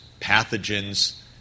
pathogens